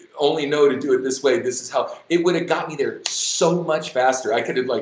only know to do it this way, this is how. it would've got me there so much faster i could have, like.